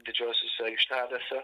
didžiosiose aikštelėse